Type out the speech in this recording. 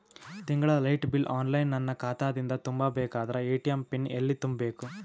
ತಿಂಗಳ light bill online ನನ್ನ ಖಾತಾ ದಿಂದ ತುಂಬಾ ಬೇಕಾದರ ಎ.ಟಿ.ಎಂ ಪಿನ್ ಎಲ್ಲಿ ತುಂಬೇಕ?